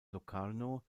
locarno